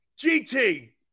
GT